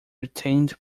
retained